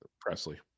presley